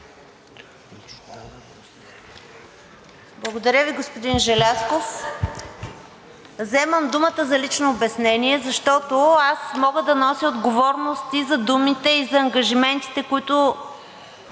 Благодаря Ви, господин Желязков. Вземам думата за лично обяснение, защото аз мога да нося отговорност и за думите, и за ангажиментите, които